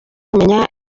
kumenya